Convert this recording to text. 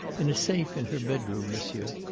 in a safe in her bedroom, monsieur.